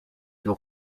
your